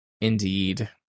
indeed